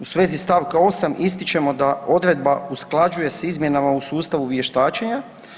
U svezi stavka 8 ističemo da odredba usklađuje s izmjenama u sustavu vještačenja.